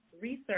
Research